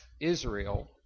Israel